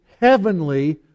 heavenly